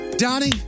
Donnie